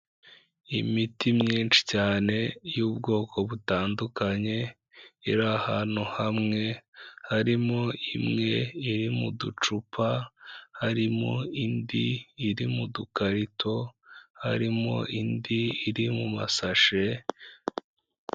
Imiti myinshi cyane y'ubwoko butandukanye iri ahantu hamwe harimo imwe iri mu ducupa, harimo indi iri mu dukarito, harimo indi iri mu masashe.